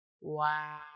Wow